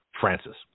Francis